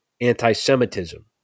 anti-Semitism